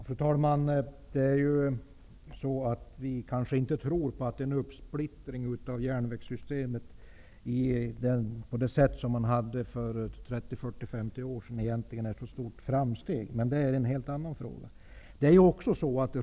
Fru talman! Vi kanske inte tror att en uppsplittring av järnvägssystemet på det sätt som gällde för 30, 40 eller 50 år sedan egentligen är något större framsteg. Men det är en helt annan fråga.